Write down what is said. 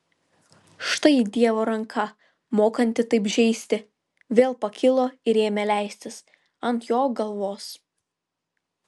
štai dievo ranka mokanti taip žeisti vėl pakilo ir ėmė leistis ant jo galvos